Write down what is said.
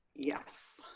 yes.